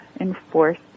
enforce